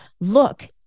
look